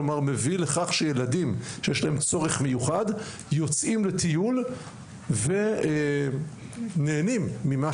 כלומר מביא לכך שילדים יש להם צורך מיוחד יוצאים לטיול ונהנים ממה